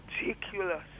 ridiculous